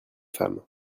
femmes